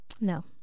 No